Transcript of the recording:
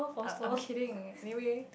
uh I'm kidding anyway